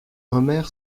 omer